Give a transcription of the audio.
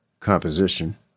Composition